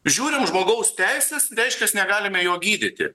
žiūrim žmogaus teises reiškias negalime jo gydyti